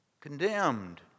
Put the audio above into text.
Condemned